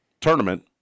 tournament